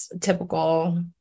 typical